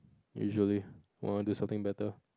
usually I want to do something better